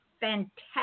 fantastic